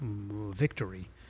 victory